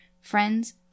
friends